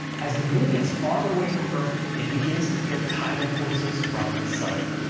as the moon gets farther away from earth, it begins to feel tidal forces from the sun.